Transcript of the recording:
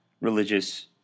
religious